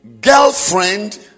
girlfriend